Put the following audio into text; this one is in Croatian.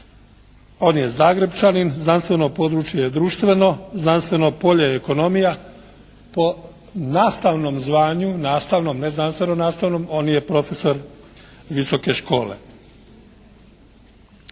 On je Zagrepčanin, znanstveno područje je društveno. Znanstveno polje je ekonomija. Po nastavnom zvanju, nastavnom, ne znanstveno-nastavnom on je profesor visoke škole.